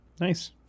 nice